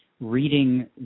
reading